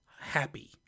happy